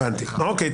הבנתי, אוקיי.